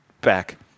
back